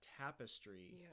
tapestry